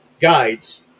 guides